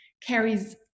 carries